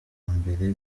mbere